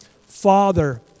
Father